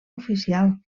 oficial